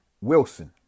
Wilson